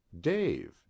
Dave